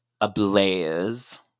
ablaze